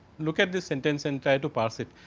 look at this sentence and try to parse it.